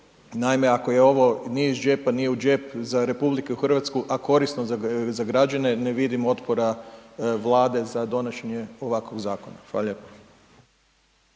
Naime, ako ovo nije iz džepa, nije u džep za RH a korisno za građane, ne vidim otpora Vlade za donošenje ovakvog zakona,